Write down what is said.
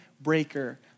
breaker